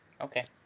Okay